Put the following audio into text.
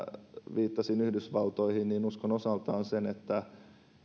viittasin yhdysvaltoihin uskon osaltaan että